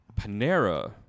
Panera